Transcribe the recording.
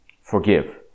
forgive